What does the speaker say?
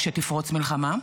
כשתפרוץ מלחמה,